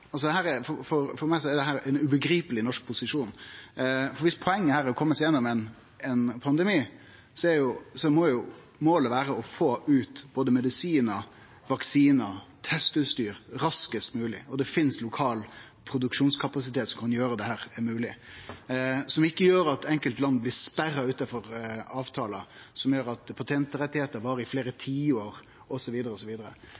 er å kome seg gjennom ein pandemi, må målet vere å få ut både medisinar, vaksinar og testutstyr raskast mogleg, og det finst lokal produksjonskapasitet som kan gjere dette mogleg. Det gjer at ikkje enkelte land blir sperra ute frå avtalar, ved at patentrettar varer i fleire